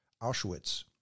Auschwitz